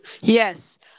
Yes